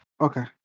Okay